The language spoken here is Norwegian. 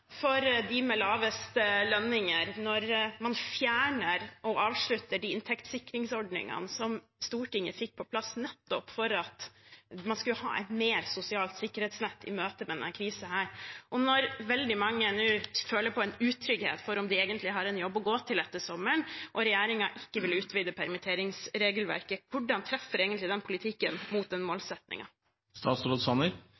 for de med lavest lønninger, når man fjerner og avslutter de inntektssikringsordningene som Stortinget fikk på plass nettopp for at man skulle ha et mer sosialt sikkerhetsnett i møte med denne krisen, og når veldig mange nå føler på en utrygghet for om de egentlig har en jobb å gå til etter sommeren, og regjeringen ikke vil utvide permitteringsregelverket – hvordan treffer egentlig den politikken mot den